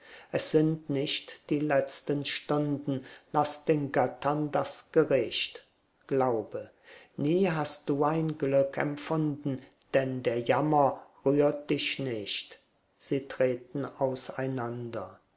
es sind nicht die letzten stunden laß den göttern das gericht glaube nie hast du ein glück empfunden denn der jammer rührt dich nicht sie treten auseinander